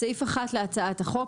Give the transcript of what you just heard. בסעיף 1 להצעת החוק,